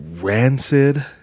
rancid